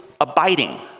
abiding